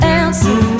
answer